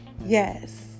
Yes